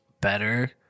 better